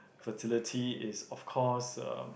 fertility is of course um